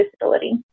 disability